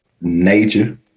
nature